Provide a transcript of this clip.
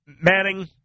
Manning